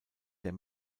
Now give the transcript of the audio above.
der